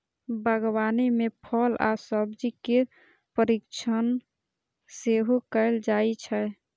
बागवानी मे फल आ सब्जी केर परीरक्षण सेहो कैल जाइ छै